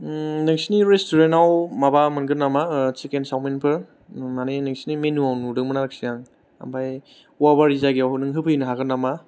नोंसिनि रेस्टुरेन्टआव माबा मोनगोन नामा सिक्केन सावमिनफोर मानि नोंसिनि मेनुआव नुदोंमोन आरखि आं आमफाय औवाबारि जायगायाव नों होफैनो हागोन नामा